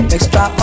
Extra